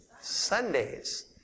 Sundays